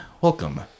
welcome